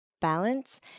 balance